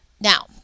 Now